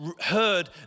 heard